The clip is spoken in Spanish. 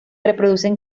reproducen